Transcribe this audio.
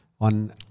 on